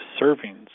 servings